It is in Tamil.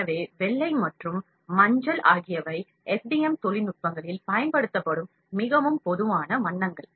எனவே வெள்ளை மற்றும் மஞ்சள் ஆகியவை FDM தொழில்நுட்பங்களில் பயன்படுத்தப்படும் மிகவும் பொதுவான வண்ணங்கள்